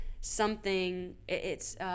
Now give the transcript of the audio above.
something—it's